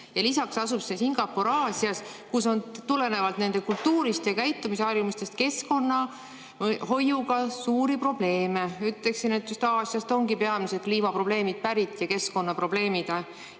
ja lisaks asub Singapur Aasias, kus on tulenevalt nende kultuurist ja käitumisharjumustest keskkonnahoiuga suuri probleeme. Ütleksin, et just Aasiast ongi kliimaprobleemid ja keskkonnaprobleemid